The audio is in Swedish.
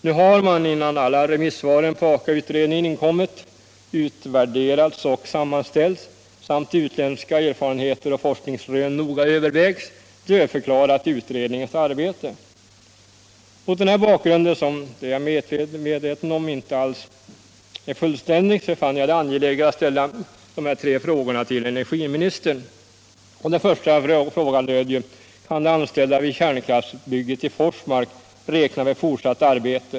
Nu har man innan alla remissvaren på Aka-utredningen inkommit, utvärderats och sammanställts samt utländska erfarenheter och forskningsrön noga övervägts dödförklarat utredningens arbete. Mot denna bakgrund som, det är jag medveten om, inte alls är fullständig fann jag det angeläget att ställa tre frågor till energiministern. Den första frågan löd: Kan de anställda vid kärnkraftsbygget i Forsmark räkna med fortsatt arbete?